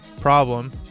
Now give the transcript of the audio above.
problem